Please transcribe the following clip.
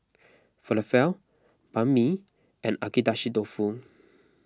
Falafel Banh Mi and Agedashi Dofu